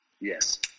Yes